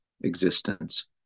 existence